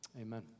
Amen